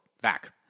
back